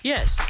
Yes